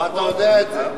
ואתה יודע את זה.